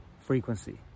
frequency